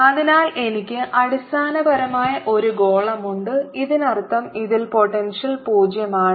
അതിനാൽ എനിക്ക് അടിസ്ഥാനപരമായ ഒരു ഗോളമുണ്ട് ഇതിനർത്ഥം ഇതിലെ പൊട്ടെൻഷ്യൽ പൂജ്യം ആണ്